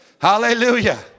Hallelujah